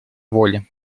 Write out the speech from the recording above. воли